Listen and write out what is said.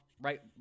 right